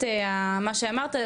מה שאמרת,